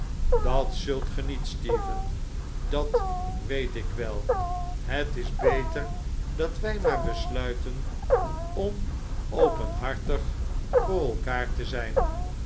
dat zult ge niet stephen dat weet ik wel het is beter dat wij maar besluiten om openhartig voor elkander te zijn